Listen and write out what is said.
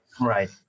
right